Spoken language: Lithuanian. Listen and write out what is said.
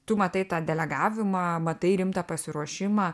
tu matai tą delegavimą matai rimtą pasiruošimą